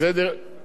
אבל חיברתי,